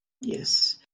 Yes